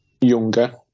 younger